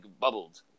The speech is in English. bubbled